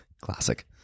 Classic